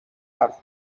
حرف